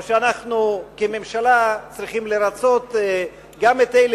או שאנחנו כממשלה צריכים לרצות גם אלה